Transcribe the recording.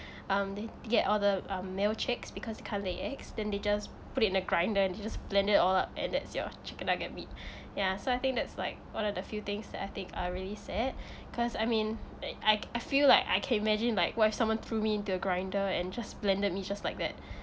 um they get all the um male chicks because they can't lay eggs then they just put it in a grinder then they just blend it all up and that's your chicken nugget meat yeah so I think that's like one of the few things that I think are really sad cause I mean like I I feel like I can imagine like what if someone threw me into a grinder and just blended me just like that